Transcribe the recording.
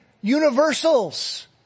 universals